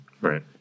Right